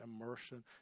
immersion